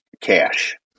cash